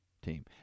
Team